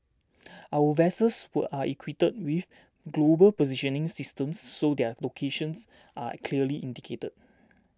our vessels were are equipped with global positioning systems so their locations are clearly indicated